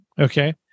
Okay